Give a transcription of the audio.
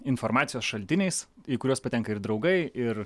informacijos šaltiniais į kuriuos patenka ir draugai ir